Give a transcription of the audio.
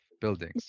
buildings